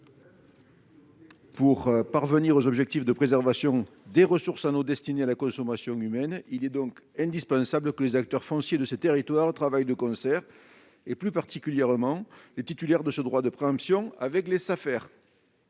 Pour parvenir aux objectifs de préservation des ressources en eau destinées à la consommation humaine, il est indispensable que les acteurs fonciers des territoires travaillent de concert, tout particulièrement les titulaires de ce droit de préemption avec les Safer.